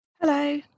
Hello